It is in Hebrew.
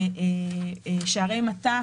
שערי מט"ח.